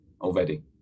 already